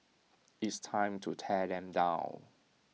it's time to tear them down